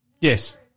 Yes